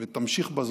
ותמשיך בזאת,